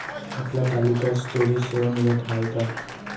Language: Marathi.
आपल्या तालुक्यात स्टोरेज सेवा मिळत हाये का?